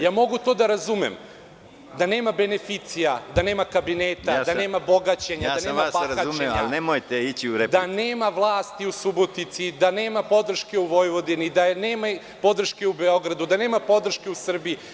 Ja mogu to da razumem, da nema beneficija, da nema kabineta, da nema bogaćenja [[Predsedavajući: Ja vas razumem, ali nemojte ići u repliku.]] da nema vlasti u Subotici, da nema podrške u Vojvodini, da nema podrške u Beogradu, da nema podrške u Srbiji.